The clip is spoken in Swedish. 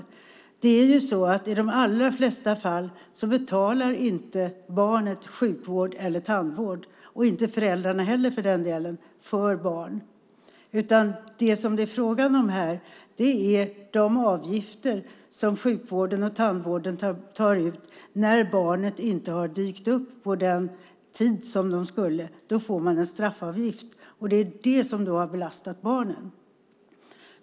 Barnet betalar nämligen i de allra flesta fall inte för sjukvård eller tandvård, och inte deras föräldrar heller, för den delen. Det som det är frågan om här är i stället de avgifter som sjukvården och tandvården tar ut när barnet inte har dykt upp på den tid det skulle. Då får man en straffavgift, och det är denna som har belastat barnen.